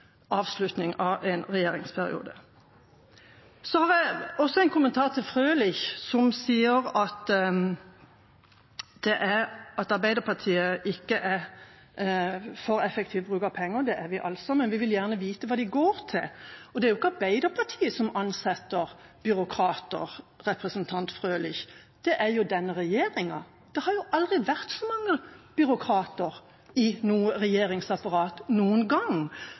avslutning av en regjeringsperiode. Så har jeg også en kommentar til Frølich, som sier at Arbeiderpartiet ikke er for effektiv bruk av penger – det er vi altså, men vi vil gjerne vite hva de går til. Til representanten Frølich: Det er jo ikke Arbeiderpartiet som ansetter byråkrater – det er denne regjeringa. Det har aldri vært så mange byråkrater i noe regjeringsapparat noen gang.